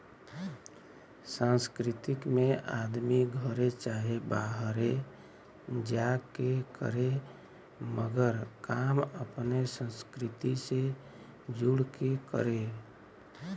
सांस्कृतिक में आदमी घरे चाहे बाहरे जा के करे मगर काम अपने संस्कृति से जुड़ के करे